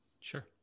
Sure